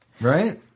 right